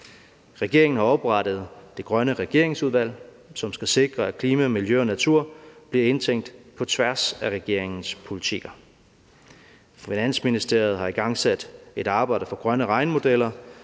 Regeringen har oprettet det grønne regeringsudvalg, som skal sikre, at klima, miljø og natur bliver indtænkt på tværs af regeringens politikker. Finansministeriet har igangsat et arbejde for grønne regnemodeller,